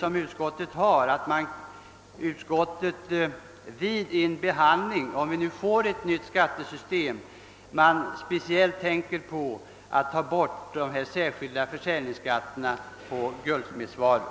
Jag knyter därför en förhoppning om att man vid en framtida prövning tänker på att ta bort den särskilda försäljningsskatten på guldsmedsvaror.